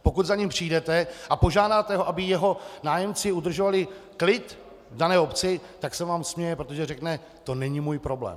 Pokud za ním přijdete a požádáte ho, aby jeho nájemci udržovali klid v dané obci, tak se vám směje, protože řekne: to není můj problém.